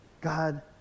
God